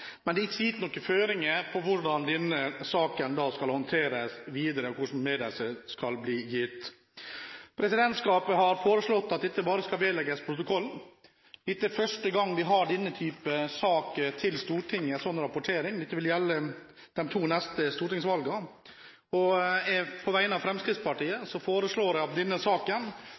men det er ikke gitt noen føringer for hvordan denne saken skal håndteres videre, og hvordan meddelelse skal bli gitt. Presidentskapet har foreslått at dette bare skal vedlegges protokollen. Dette er første gang vi har denne type sak, rapportering til Stortinget. Dette vil gjelde de to neste stortingsvalgene. På vegne av Fremskrittspartiet foreslår jeg at denne saken